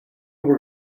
were